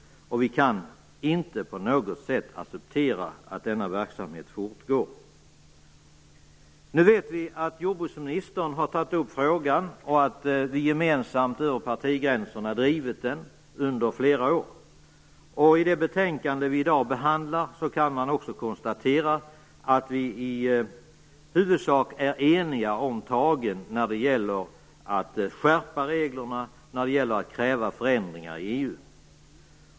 Vi kan inte på något sätt acceptera att denna verksamhet fortgår. Nu vet vi att jordbruksministern har tagit upp frågan och att vi gemensamt över partigränserna har drivit den under flera år. I det betänkande vi i dag behandlar kan man också konstatera att vi i huvudsak är eniga om tagen när det gäller att skärpa reglerna och kräva förändringar i EU.